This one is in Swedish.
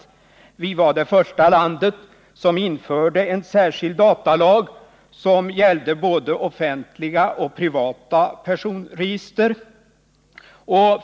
Sverige var det första landet i världen som införde en särskild datalag som gällde både offentliga och privata personregister.